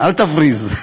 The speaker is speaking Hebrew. אל תבריז.